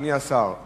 אדוני השר,